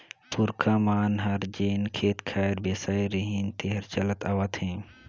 पूरखा मन हर जेन खेत खार बेसाय रिहिन तेहर चलत आवत हे